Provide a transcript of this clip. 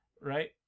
right